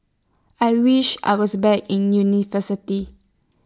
I wish I was back in university